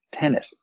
tennis